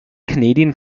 canadian